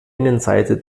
innenseite